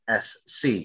SC